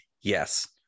Yes